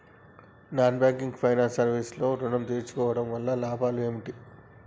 Non banking finance service లో ఋణం తీసుకోవడం వల్ల లాభాలు ఏమిటి?